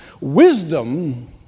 Wisdom